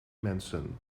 mensen